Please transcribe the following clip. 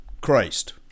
Christ